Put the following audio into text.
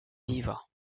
vivres